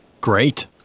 Great